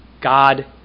God